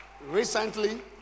Recently